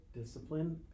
discipline